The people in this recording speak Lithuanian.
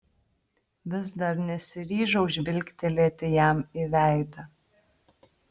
vis dar nesiryžau žvilgtelėti jam į veidą